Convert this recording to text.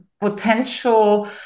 potential